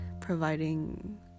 providing